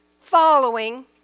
following